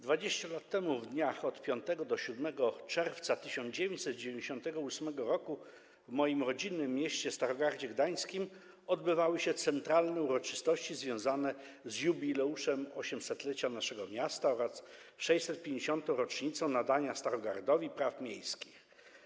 20 lat temu, w dniach 5–7 czerwca 1998 r., w moim rodzinnym mieście, Starogardzie Gdańskim, odbyły się centralne uroczystości związane z jubileuszem 800-lecia naszego miasta oraz 650. rocznicą nadania Starogardowi praw miejskich.